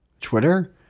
Twitter